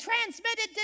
transmitted